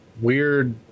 weird